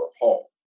Hall